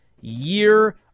year